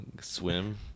Swim